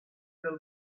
del